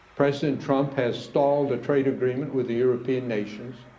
president trump has stalled a trade agreement with the european nations,